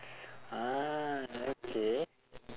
ah okay